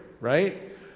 right